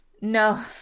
no